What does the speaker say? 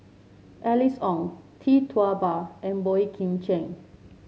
Alice Ong Tee Tua Ba and Boey Kim Cheng